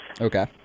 Okay